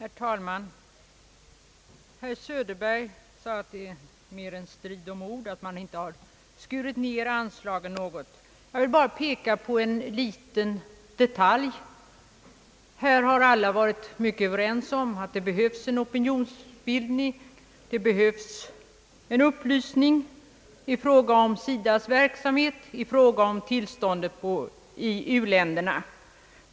Herr talman! Herr Söderberg sade att det är närmast en strid om ord då vi här diskuterar hur mycket man i verkligheten skurit ner anslagen. Jag vill då bara peka på en liten detalj. Här har alla varit överens om att det behövs en opinionsbildning, att det behövs upplysning i fråga om SIDA:s verksamhet och i fråga om tillståndet i u-länderna.